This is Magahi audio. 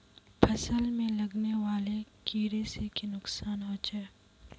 फसल में लगने वाले कीड़े से की नुकसान होचे?